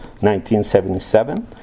1977